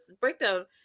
breakdown